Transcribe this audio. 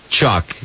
Chuck